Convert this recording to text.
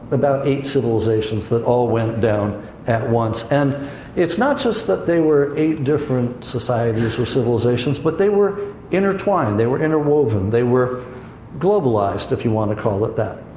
about eight civilizations that all went down at once. and it's not just that they were eight different societies or civilizations, but they were intertwined, they were interwoven, they were globalized, if you want to call it that.